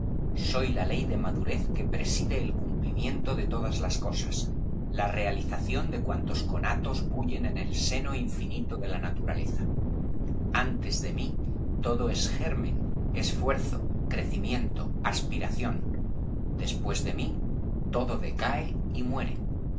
soy la ley de madurez que preside el cumplimiento de todas las cosas la realización de cuantos conatos bullen en el seno infinito de la naturaleza antes de mí todo es germen esfuerzo crecimiento aspiración después de mí todo decae y muere